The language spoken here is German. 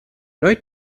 neu